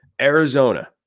Arizona